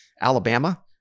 Alabama